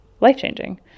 life-changing